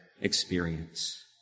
experience